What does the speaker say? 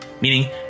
meaning